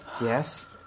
Yes